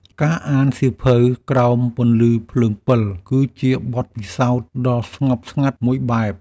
ការអានសៀវភៅក្រោមពន្លឺភ្លើងពិល គឺជាបទពិសោធន៍ដ៏ស្ងប់ស្ងាត់មួយបែប។